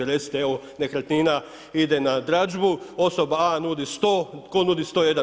Recite, evo nekretnina ide na dražbu, osoba A nudi 100, toko nudi 101?